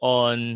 on